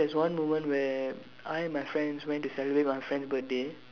there's one woman where I and my friends went to celebrate my friend's birthday